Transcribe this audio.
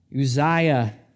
Uzziah